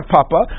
Papa